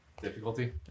Difficulty